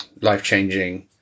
life-changing